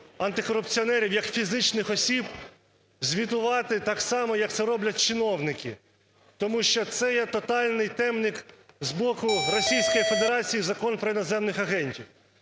антикорупціонерів, як фізичних осіб звітувати так само, як це роблять чиновники, тому що це є тотальний темник з боку Російської Федерації – Закон про іноземних агентів.